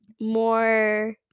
more